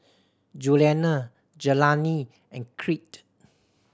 Juliana Jelani and Crete